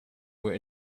were